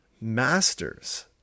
Masters